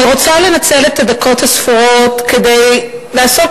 אני רוצה לנצל את הדקות הספורות כדי לעסוק